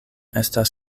estas